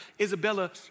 Isabella